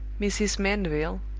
mrs. mandeville,